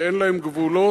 שאין להם גבולות.